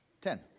ten